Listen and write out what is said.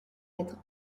être